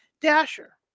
Dasher